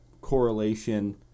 correlation –